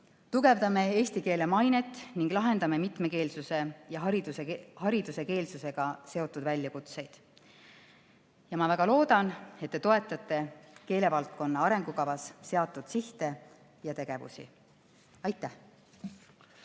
Tugevdame eesti keele mainet ning lahendame mitmekeelsuse ja hariduse keelsusega seotud väljakutseid. Ma väga loodan, et te toetate keelevaldkonna arengukavas seatud sihte ja tegevusi. Aitäh!